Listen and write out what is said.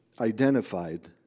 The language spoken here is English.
identified